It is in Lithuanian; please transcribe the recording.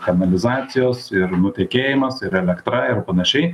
kanalizacijos ir nutekėjimas ir elektra ir panašiai